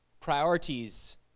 Priorities